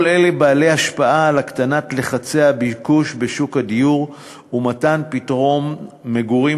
כל אלה בעלי השפעה על הקטנת לחצי הביקוש בשוק הדיור ומתן פתרון מגורים